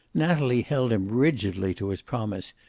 natalie held him rigidly to his promise,